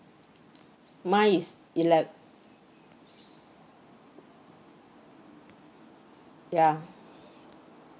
mine is ele~ ya